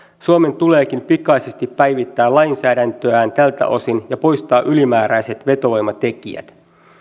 suomen tuleekin pikaisesti päivittää lainsäädäntöään tältä osin ja poistaa ylimääräiset vetovoimatekijät